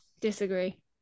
disagree